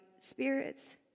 spirits